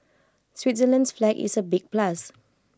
Switzerland's flag is the big plus